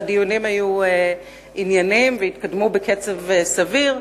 והדיונים היו ענייניים והתקדמו בקצב סביר.